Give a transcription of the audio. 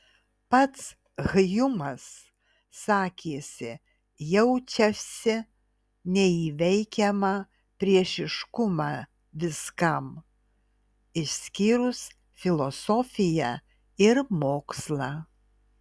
pats hjumas sakėsi jaučiasi neįveikiamą priešiškumą viskam išskyrus filosofiją ir mokslą